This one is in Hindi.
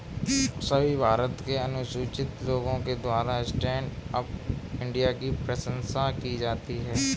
सभी भारत के अनुसूचित लोगों के द्वारा स्टैण्ड अप इंडिया की प्रशंसा की जाती है